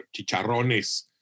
chicharrones